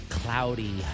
Cloudy